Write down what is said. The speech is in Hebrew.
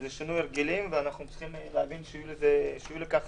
זה שינוי הרגלים ואנחנו צריכים להבין שיהיו לכך